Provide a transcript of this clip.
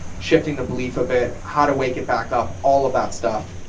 shifting the belief of it, how to wake it back up, all of that stuff.